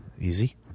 Easy